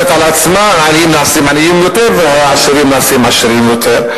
שהעניים נעשים עניים יותר והעשירים נעשים עשירים יותר.